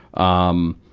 um,